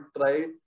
try